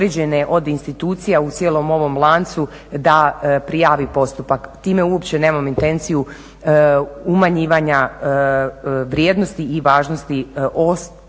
uopće nemam intenciju umanjivanja vrijednosti i važnosti ovih drugih